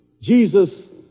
Jesus